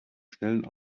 schnellen